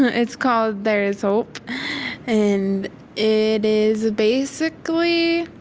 it's called there is hope and it is basically.